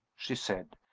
she said.